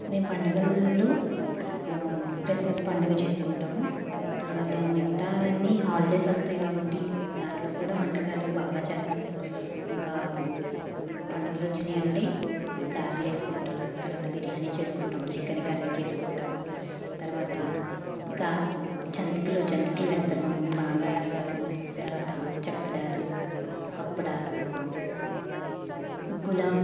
మేము పండగలలో క్రిస్మస్ పండగ చేసుకుంటాము తరువాత మిగతావన్నీ హాలీడేస్ వస్తాయి కాబట్టి దాంట్లో కూడా వంటకాలు బాగా చేస్తాము ఇంకా పండగలు వచ్చాయి అంటే గారెలు వేసుకుంటాము తరువాత బిర్యాని చేసుకుంటాము చికెన్ కర్రీ చేసుకుంటాము తరువాత గా జంతికలు జంతికలు వేస్తారు మా మమ్మీ బాగా వేస్తారు తరువాత చెక్కిడాలు అప్పడాలు గులాబ్